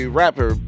rapper